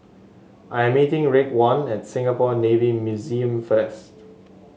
I'm meeting Raekwon at Singapore Navy Museum first